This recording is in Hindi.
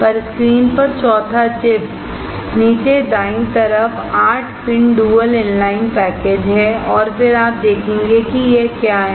पर स्क्रीन पर चौथा चिप नीचे दाईं तरफ 8 पिन डुअल इनलाइन पैकेज है और फिर आप देखेंगे कि यह क्या है